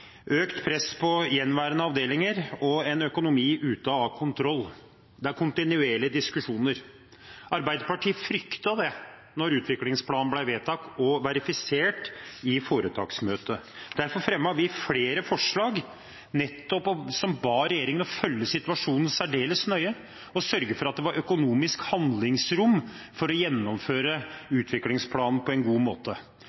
økt press på gjenværende avdelinger og en økonomi ute av kontroll. Det er kontinuerlige diskusjoner. Arbeiderpartiet fryktet det da utviklingsplanen ble vedtatt og verifisert i foretaksmøtet. Derfor fremmet vi flere forslag som nettopp ba regjeringen følge situasjonen særdeles nøye og sørge for at det var økonomisk handlingsrom for å gjennomføre